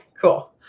cool